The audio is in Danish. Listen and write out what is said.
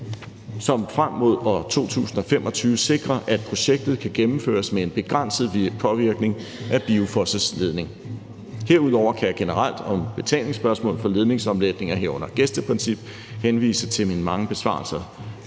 som frem mod år 2025 sikrer, at projektet kan gennemføres med en begrænset påvirkning af BIOFOS' ledning. Herudover kan jeg generelt om betalingsspørgsmålet for ledningsomlægninger, herunder gæsteprincip, henvise til mine mange besvarelser